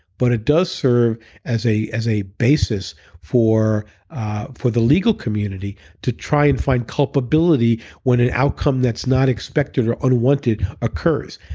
but it does serve as a as a basis for for the legal community to try and find culpability when an outcome that's not expected or unwanted occurs.